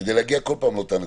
כדי להגיע כל פעם לאותה נקודה.